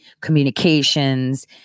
communications